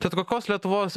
tad kokios lietuvos